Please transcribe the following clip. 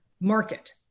market